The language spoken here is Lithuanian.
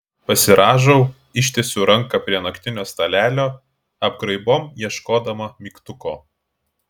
pasirąžau ištiesiu ranką prie naktinio stalelio apgraibom ieškodama mygtuko